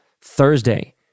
Thursday